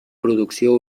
producció